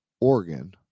Oregon